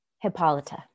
Hippolyta